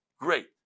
Great